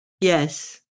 Yes